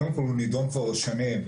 קודם כל הוא נידון כבר שנים.